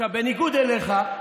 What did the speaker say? בניגוד אליך,